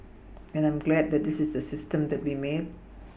and I'm glad that this is the system that we made